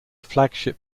flagship